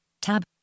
tab